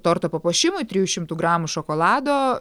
torto papuošimui trijų šimtų gramų šokolado